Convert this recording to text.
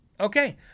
Okay